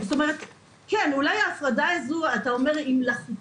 אולי ההפרדה הזו היא מלאכותית,